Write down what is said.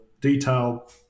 detail